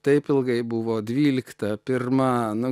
taip ilgai buvo dvylikta pirma nu